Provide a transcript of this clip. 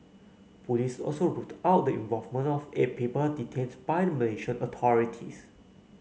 police also ruled out the involvement of eight people detains by the Malaysian authorities